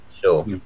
sure